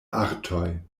artoj